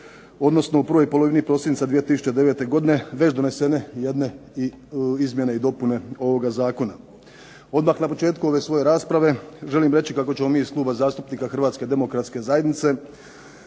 odnosno u prvoj polovini prosinca 2009. godine već donesene jedne izmjene i dopune ovoga zakona. Odmah na početku ove svoje rasprave želim reći kako ćemo mi iz Kluba zastupnika HDZ-a podržati prijedlog